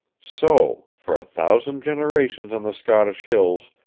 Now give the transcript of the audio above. so, for a thousand generations on the scottish hills,